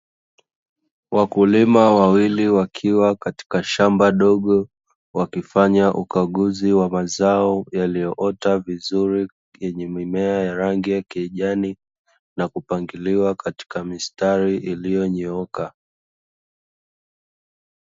Wakulima wawili wakiwa katika shamba dogo wakifanya ukaguzi wa mazao, yaliyoota vizuri yenye mimea ya rangi ya kijani na kupangiliwa katika mistari iliyonyooka.